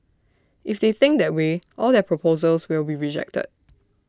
if they think that way all their proposals will be rejected